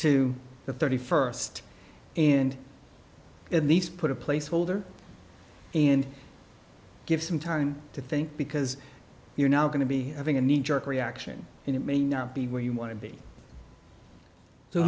to the thirty first and at least put a placeholder and give some time to think because you're now going to be having a knee jerk reaction and it may not be where you want to be so